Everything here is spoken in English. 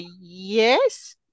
yes